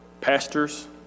pastors